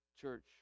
church